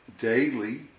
daily